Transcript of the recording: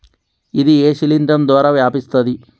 ఇది ఏ శిలింద్రం ద్వారా వ్యాపిస్తది?